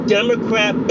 Democrat